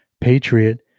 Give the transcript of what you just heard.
Patriot